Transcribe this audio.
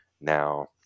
Now